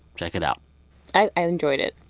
check it out i've enjoyed it.